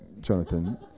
Jonathan